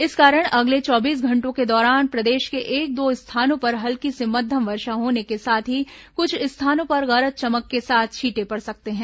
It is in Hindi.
इस कारण अगले चौबीस घंटों के दौरान प्रदेश के एक दो स्थानों पर हल्की से मध्यम वर्षा होने के साथ ही कुछ स्थानों पर गरज चमक के साथ छींटे पड़ सकते हैं